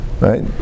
right